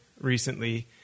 recently